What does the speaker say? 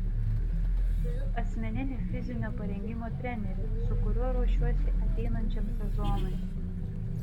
turiu asmeninį fizinio parengimo trenerį su kuriuo ruošiuosi ateinančiam sezonui